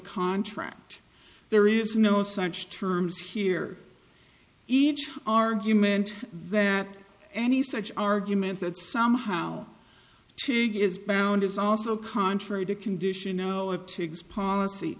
contract there is no such terms here each argument that any such argument that somehow change is bound is also contrary to condition